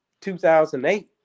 2008